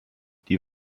die